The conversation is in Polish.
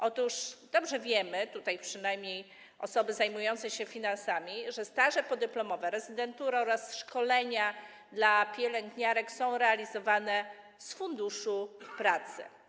Otóż dobrze wiemy, przynajmniej osoby zajmujące się finansami, że staże podyplomowe, rezydentury oraz szkolenia dla pielęgniarek są realizowane z Funduszu Pracy.